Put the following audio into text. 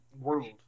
world